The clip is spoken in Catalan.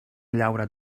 llaura